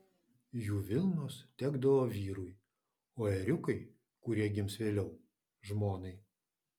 jų vilnos tekdavo vyrui o ėriukai kurie gims vėliau žmonai